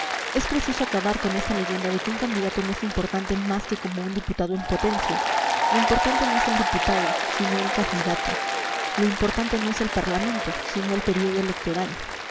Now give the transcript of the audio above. es preciso acabar con esta leyenda de que un candidato no es importante más que como un diputado en potencia lo importante no es el diputado sino el candidato lo importante no es el parlamento sino el período electoral